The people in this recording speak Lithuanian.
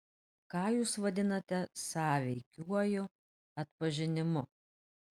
ką jūs vadinate sąveikiuoju atpažinimu